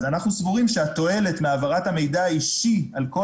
אנחנו סבורים שהתועלת מהעברת המידע האישי על כל